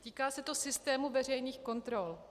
Týká se to systému veřejných kontrol.